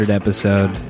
episode